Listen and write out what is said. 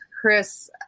Chris